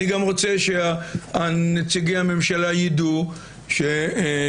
אני גם רוצה שנציגי הממשלה ידעו שחבר